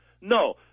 No